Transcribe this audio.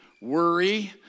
worry